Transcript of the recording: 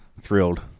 Thrilled